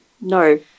No